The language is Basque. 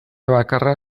bakarra